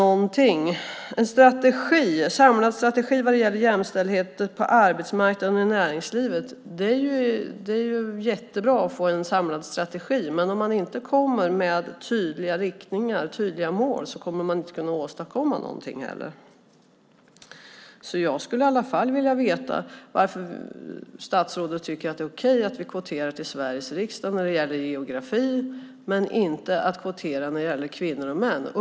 Statsrådet nämnde en samlad strategi vad gäller jämställdhet på arbetsmarknaden och i näringslivet. Det är bra att få en samlad strategi, men om man inte lägger fram tydliga riktningar och mål kan man inte åstadkomma något heller. Jag skulle i alla fall vilja veta varför statsrådet tycker att det är okej att kvotera till Sveriges riksdag när det gäller geografi men inte att kvotera när det gäller kvinnor och män.